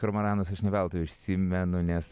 kormoranus aš ne veltui užsimenu nes